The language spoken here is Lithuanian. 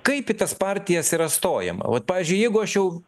kaip į tas partijas yra stojama vat pavyzdžiui jeigu aš jau